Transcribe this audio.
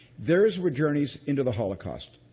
there is where journeys into the holocaust.